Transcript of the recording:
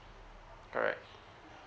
correct